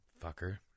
Fucker